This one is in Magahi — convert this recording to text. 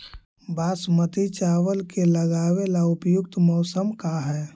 बासमती चावल के लगावे ला उपयुक्त मौसम का है?